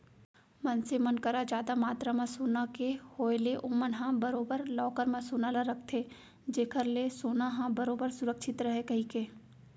मनसे मन करा जादा मातरा म सोना के होय ले ओमन ह बरोबर लॉकर म सोना ल रखथे जेखर ले सोना ह बरोबर सुरक्छित रहय कहिके